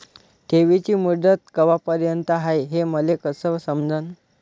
ठेवीची मुदत कवापर्यंत हाय हे मले कस समजन?